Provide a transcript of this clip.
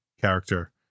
character